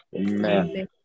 Amen